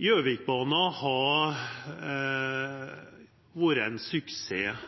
Gjøvikbana har vore ein suksess